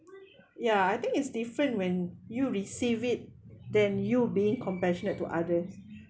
ya I think it's different when you receive it than you being compassionate to others